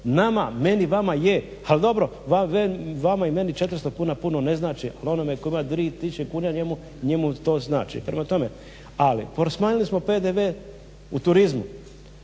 Nama, meni, vama je, ali dobro, vama i meni 400 kuna puno ne znači ali onome tko ima 3000 kuna njemu to znači. Prema tome, ali smanjili smo PDV u turizmu